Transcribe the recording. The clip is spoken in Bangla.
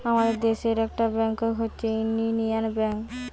আমাদের দেশের একটা ব্যাংক হচ্ছে ইউনিয়ান ব্যাঙ্ক